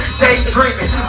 daydreaming